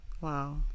wow